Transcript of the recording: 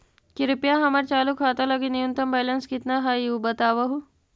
कृपया हमर चालू खाता लगी न्यूनतम बैलेंस कितना हई ऊ बतावहुं